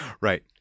Right